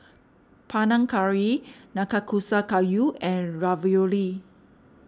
Panang Curry Nanakusa Gayu and Ravioli